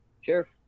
Sure